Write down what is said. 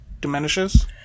diminishes